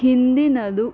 ಹಿಂದಿನದು